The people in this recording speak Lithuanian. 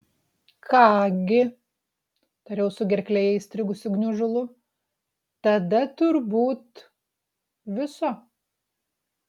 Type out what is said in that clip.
ką gi tariau su gerklėje įstrigusiu gniužulu tada turbūt viso